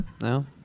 No